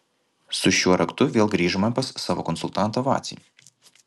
su šiuo raktu vėl grįžome pas savo konsultantą vacį